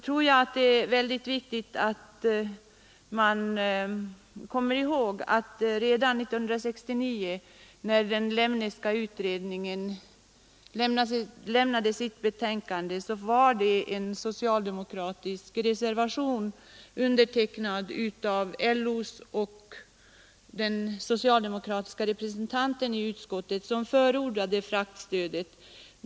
Men det är viktigt att komma ihåg att det redan år 1969, när den Lemneska utredningen avgav sitt betänkande, fanns en socialdemokratisk reservation, undertecknad av LO:s och socialdemokraternas representant i utredningen, som förordade fraktstödet.